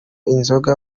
inzoga